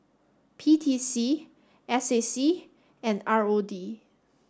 P T C S A C and R O D